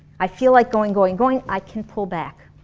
i feel like going, going, going i can pull back,